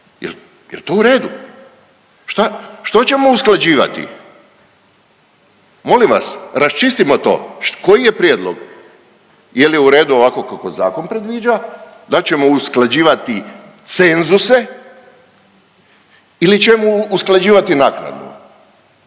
Jel' to u redu? Što ćemo usklađivati? Molim vas raščistimo to koji je prijedlog? Je li u redu ovako kako zakon predviđa da li ćemo usklađivati cenzuse ili ćemo usklađivati naknadu.